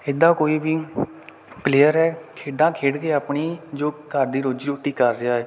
ਇੱਦਾਂ ਕੋਈ ਵੀ ਪਲੇਅਰ ਹੈ ਖੇਡਾਂ ਖੇਡ ਕੇ ਆਪਣੀ ਜੋ ਘਰ ਦੀ ਰੋਜੀ ਰੋਟੀ ਕਰ ਰਿਹਾ ਹੈ